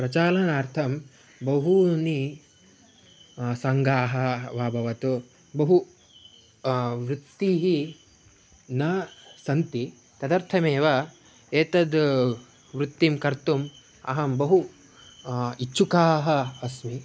प्रचारणार्थं बहवः सङ्घाः वा भवतु बहु वृत्तिः न सन्ति तदर्थमेव एतां वृत्तिं कर्तु्म् अहं बहु इच्छुकः अस्मि